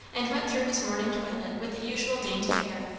and went through his morning toilet with the usual dainty care.